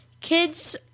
Kids